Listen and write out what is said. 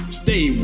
stay